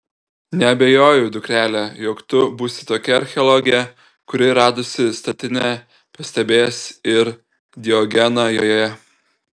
neabejoju dukrele jog tu būsi tokia archeologė kuri radusi statinę pastebės ir diogeną joje